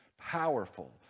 powerful